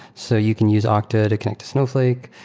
so you can use octa to connect to snowflake.